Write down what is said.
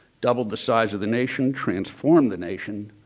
doubled the size of the nation, transformed the nation.